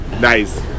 nice